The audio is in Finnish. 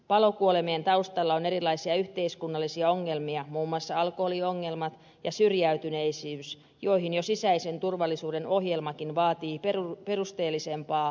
palokuolemien taustalla on erilaisia yhteiskunnallisia ongelmia muun muassa alkoholiongelmat ja syrjäytyneisyys joihin jo sisäisen turvallisuuden ohjelmakin vaatii perusteellisempaa puuttumista